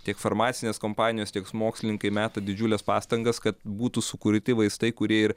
tiek farmacinės kompanijos tiek mokslininkai meta didžiules pastangas kad būtų sukurti vaistai kurie ir